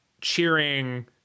cheering